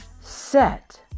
set